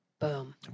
Boom